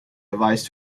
device